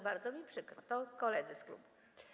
Bardzo mi przykro, to koledzy z klubu.